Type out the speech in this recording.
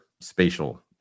spatial